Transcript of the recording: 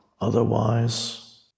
otherwise